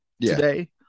today